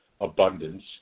abundance